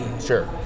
sure